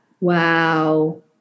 Wow